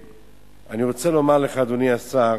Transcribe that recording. אני רוצה לומר לך, אדוני השר,